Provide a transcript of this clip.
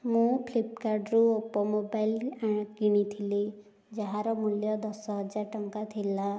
ମୁଁ ଫ୍ଲିପ୍କାର୍ଟ୍ ରୁ Oppo mobile ଆଣି କିଣିଥିଲି ଯାହାର ମୂଲ୍ୟ ଦଶହଜାର ଟଙ୍କା ଥିଲା